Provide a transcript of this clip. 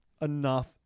Enough